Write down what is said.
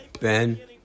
ben